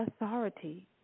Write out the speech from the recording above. authority